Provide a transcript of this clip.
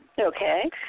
Okay